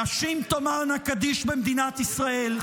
נשים תאמרנה קדיש במדינת ישראל,